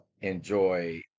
enjoy